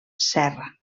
serra